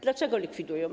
Dlaczego likwidują?